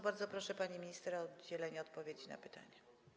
Bardzo proszę panią minister o udzielenie odpowiedzi na pytanie.